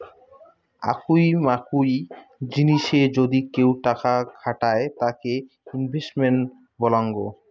আকুই মাকুই জিনিসে যদি কেউ টাকা খাটায় তাকে ইনভেস্টমেন্ট বলাঙ্গ